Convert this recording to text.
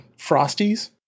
Frosties